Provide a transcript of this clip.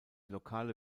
lokale